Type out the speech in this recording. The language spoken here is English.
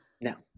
no